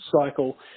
cycle